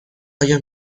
آیا